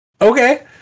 okay